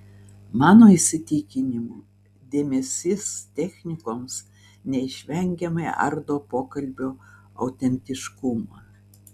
mano įsitikinimu dėmesys technikoms neišvengiamai ardo pokalbio autentiškumą